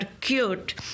cute